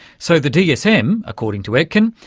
so, the dsm, according to etkin,